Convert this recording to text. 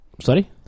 Sorry